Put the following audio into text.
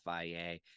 FIA